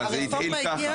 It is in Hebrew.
הרפורמה.